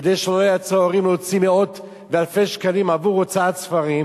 כדי שלא ייאלצו ההורים להוציא מאות ואלפי שקלים עבור הוצאת ספרים,